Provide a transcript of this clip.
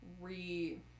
re